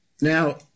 Now